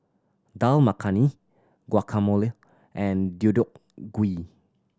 Dal Makhani Guacamole and Deodeok Gui